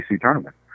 tournament